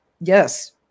Yes